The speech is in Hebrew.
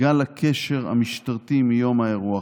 גל הקשר המשטרתי מיום האירוע,